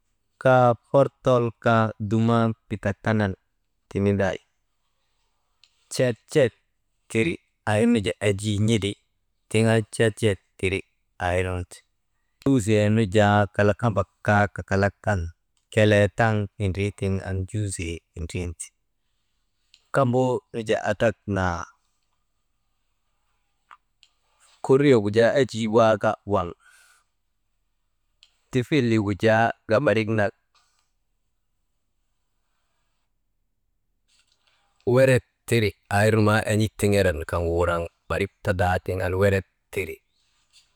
Kaa fortol kaa dumnan bitak kanan nindaa wi, cet cet tiri irnu jaa enjii n̰ilii tiŋ an cel cel tiri aa irnu ti juuzee nu jaa kalak kambak kaa kakalak kan kelee taŋ indrii tiŋ an juuzee indrin ti, kambuu nu jaa adrak naa koriyok gu jaa enjii waaka waŋ difiligu jaa gambarik nak weret tiri aa irnu maa en̰ik tiŋeran kaŋgu wuraŋ tata tiŋ an weret tir.